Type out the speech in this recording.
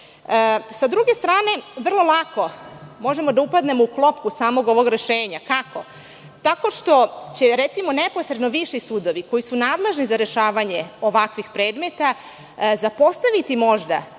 druge strane, vrlo lako možemo da upadnemo u klopku samog ovog rešenja. Kako? Tako što će, recimo, neposredno viši sudovi, koji su nadležni za rešavanje ovakvih predmeta, zapostaviti možda